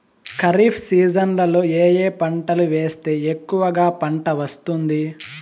ఖరీఫ్ సీజన్లలో ఏ ఏ పంటలు వేస్తే ఎక్కువగా పంట వస్తుంది?